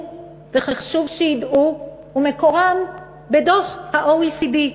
וחשוב שידעו אותם ומקורם בדוח ה-OECD.